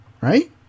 Right